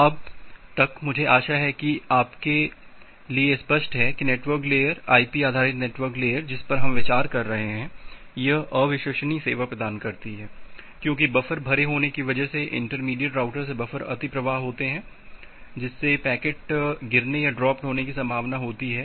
अब तक मुझे आशा है कि यह आपके लिए स्पष्ट है कि नेटवर्क लेयर आईपी आधारित नेटवर्क लेयर जिस पर हम विचार कर रहे हैं यह अविश्वसनीय सेवा प्रदान करती है क्योंकि बफर भरे होने की वजह से इंटरमीडिएट राउटर से बफर अति प्रवाह होते हैं जिससे पैकेट गिरने की संभावना होती है